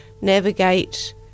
navigate